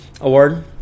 award